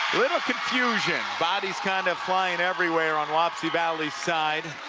little confusion bodies kind of flying everywhereon wapsie valley's side.